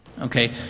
Okay